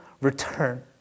return